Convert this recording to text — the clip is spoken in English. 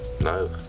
No